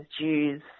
Jews